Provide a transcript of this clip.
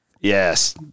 Yes